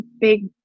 big